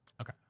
Okay